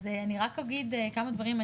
אז אני רק אגיד כמה דברים.